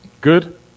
Good